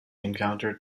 encountered